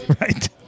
Right